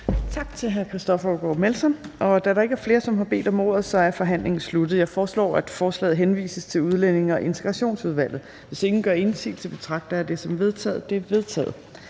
Tak til hr. Christoffer Aagaard Melson. Da der ikke er flere, som har bedt om ordet, er forhandlingen sluttet. Jeg foreslår, at forslaget henvises til Udlændinge- og Integrationsudvalget. Hvis ingen gør indsigelse, betragter jeg dette som vedtaget. Det er vedtaget.